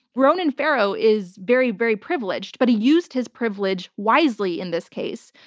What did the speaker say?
ronan farrow is very, very privileged, but he used his privilege wisely in this case.